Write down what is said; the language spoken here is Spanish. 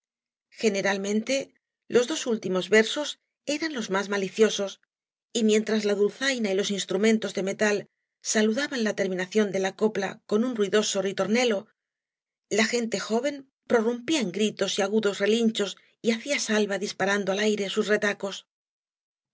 generalmente los dos últimos versos eran los más maliciosos y mientras la dulzaina y los instrumentos de metal saludaban la terminación de la copla con un ruidoso ritornello la gente joven prorrumpía en gritos y agudos relinchos y hacía salva disparando al aire bus retacos